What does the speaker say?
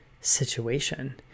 situation